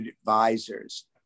advisors